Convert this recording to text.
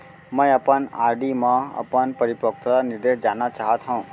मै अपन आर.डी मा अपन परिपक्वता निर्देश जानना चाहात हव